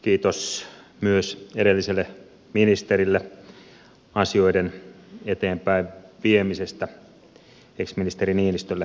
kiitos myös edelliselle ministerille asioiden eteenpäinviemisestä ex ministeri niinistölle kiitos siis